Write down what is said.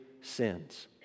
sins